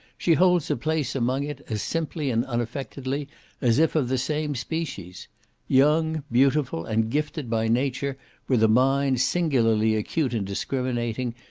she holds a place among it, as simply and unaffectedly as if of the same species young, beautiful, and gifted by nature with a mind singularly acute and discriminating,